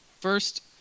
First